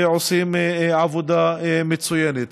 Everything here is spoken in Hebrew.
שעושים עבודה מצוינת.